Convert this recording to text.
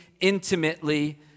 intimately